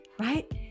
right